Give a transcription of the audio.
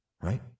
right